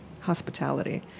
hospitality